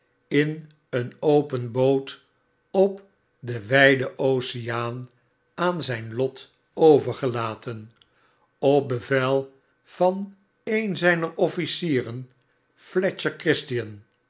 in een open boot op den wuden oceaan aan zgn lot orergelaten op bevel van een zgner officieren fletcher christian